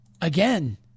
Again